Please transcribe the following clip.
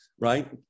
right